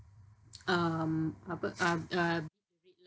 um apa uh uh